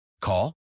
Call